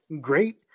great